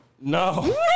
no